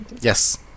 Yes